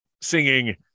singing